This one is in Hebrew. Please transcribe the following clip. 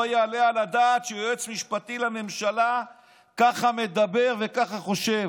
לא יעלה על הדעת שיועץ משפטי לממשלה ככה מדבר וככה חושב.